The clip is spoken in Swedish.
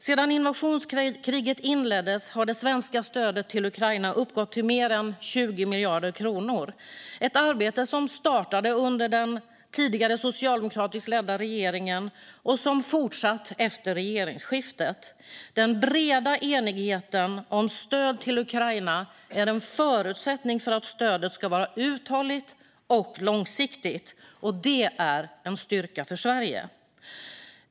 Sedan invasionskriget inleddes har det svenska stödet till Ukraina uppgått till mer än 20 miljarder kronor - ett arbete som startade under den tidigare socialdemokratiskt ledda regeringen och som fortsatt efter regeringsskiftet. Den breda enigheten om stöd till Ukraina är en förutsättning för att stödet ska vara uthålligt och långsiktigt. Och det är en styrka för Sverige.